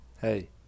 Hey